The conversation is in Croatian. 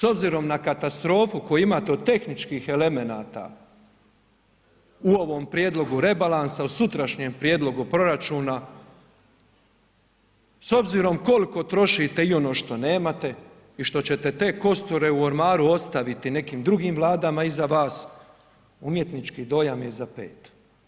S obzirom na katastrofu koju imate od tehničkih elemenata u ovom prijedlogu rebalansa u sutrašnjem prijedlogu proračuna, s obzirom koliko trošite i ono što nemate i što ćete te kosture u ormaru ostaviti nekim drugim vladama iza vas, umjetnički dojam je za pet.